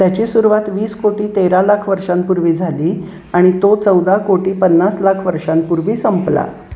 त्याची सुरवात वीस कोटी तेरा लाख वर्षांपूर्वी झाली आणि तो चौदा कोटी पन्नास लाख वर्षांपूर्वी संपला